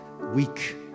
weak